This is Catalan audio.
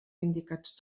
indicats